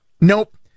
Nope